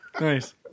Nice